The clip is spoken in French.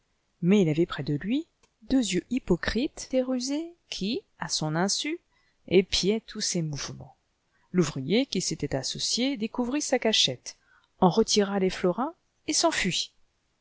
mais il avait près de lui deux yeux hypocrites et rusés qui à son insu épiaient tous ses mouvements l'ouvrier qu'il s'était associé découvrit sa cachette en retira les florins et s'enfuit